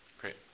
Great